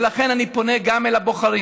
ולכן, אני פונה גם אל הבוחרים